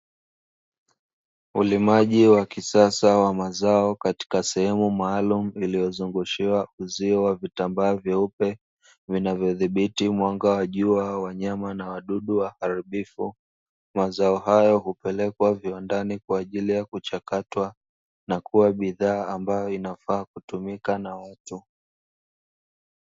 Ulimaji wa mazao wa kisasa katika sehemu maalumu iliyozungushiwa uzio wa vitambaa vyeupe vinavyodhibiti mwanga wa jua, wanyama na wadudu waharibifu. Mazao hayo hupelekwa viwandani kwaajili ya kuchakatwa na kuwa bidhaa ambayo inafaa kutumika na watu.